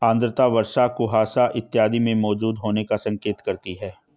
आर्द्रता वर्षा और कुहासा इत्यादि के मौजूद होने का संकेत करती है